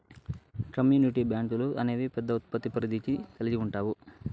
community బ్యాంకులు అనేవి పెద్ద ఉత్పత్తి పరిధిని కల్గి ఉండవు